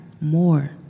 more